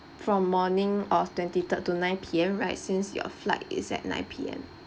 from morning of twenty third to nine P_M right since your flight is at nine P_M